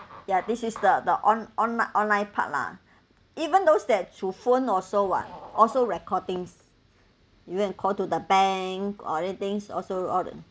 ya this is the the on on online part lah even those that through phone also [what] also recordings you can call to the bank or anything also all the